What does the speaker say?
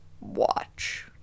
watch